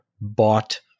bought